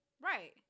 Right